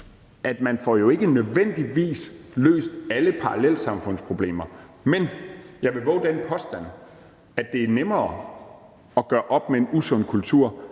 at man jo ikke nødvendigvis får løst alle parallelsamfundsproblemer, men jeg vil vove den påstand, at det er nemmere at gøre op med en usund kultur,